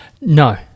No